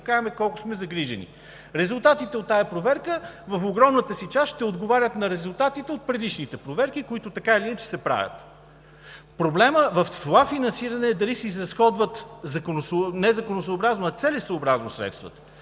да покажем колко сме загрижени. Резултатите от тази проверка в огромната си част ще отговарят на резултатите от предишните проверки, които така или иначе се правят. Проблемът в това финансиране е дали се изразходват не законосъобразно, а целесъобразно средствата.